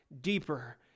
deeper